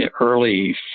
early